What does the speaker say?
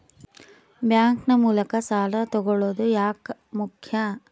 Bank ನ ಮೂಲಕ ಸಾಲ ತಗೊಳ್ಳೋದು ಯಾಕ ಮುಖ್ಯ?